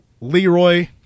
Leroy